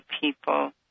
people